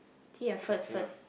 t yeah first first